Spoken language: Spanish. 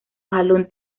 jalón